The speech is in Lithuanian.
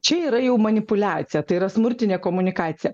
čia yra jau manipuliacija tai yra smurtinė komunikacija